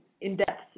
in-depth